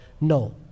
no